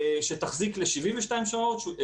שתחזיק ל-72 שעות,